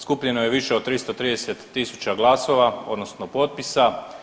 Skupljeno je više od 330 000 glasova, odnosno potpisa.